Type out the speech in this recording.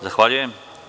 Zahvaljujem.